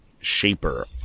shaper